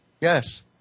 Yes